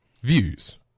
views